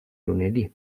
lunedì